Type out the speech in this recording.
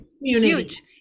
huge